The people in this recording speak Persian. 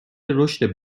رشد